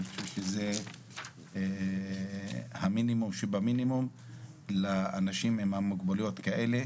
אני חושב שזה המינימום שבמינימום לאנשים עם מוגבלות כאלה,